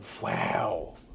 wow